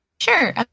Sure